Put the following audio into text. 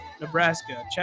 Nebraska